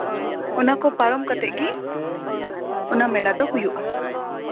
ᱚᱱᱟ ᱠᱚ ᱯᱟᱨᱚᱢ ᱠᱟᱛᱮ ᱜᱮ ᱚᱱᱟ ᱢᱮᱞᱟ ᱫᱚ ᱦᱩᱭᱩᱜᱼᱟ